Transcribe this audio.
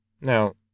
Now